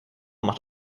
macht